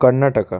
Karnataka